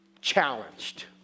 challenged